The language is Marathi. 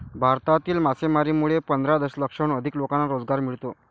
भारतातील मासेमारीमुळे पंधरा दशलक्षाहून अधिक लोकांना रोजगार मिळतो